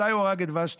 מתי הוא הרגע את ושתי?